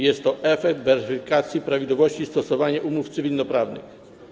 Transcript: Jest to efekt weryfikacji prawidłowości stosowania umów cywilnoprawnych.